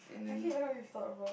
and then